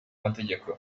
n’amategeko